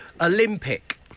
Olympic